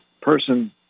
person